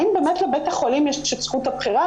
האם באמת לבית החולים יש את זכות הבחירה?